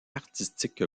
artistique